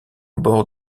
bord